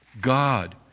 God